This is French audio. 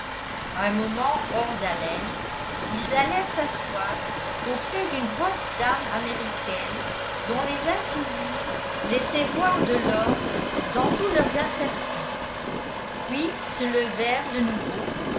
un moment hors d'haleine ils allèrent s'asseoir auprès d'une grosse dame américaine dont les incisives laissaient voir de l'or dans tous leurs interstices puis se levèrent de nouveau